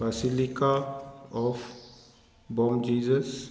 basilica of bom jesus